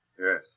Yes